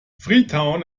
freetown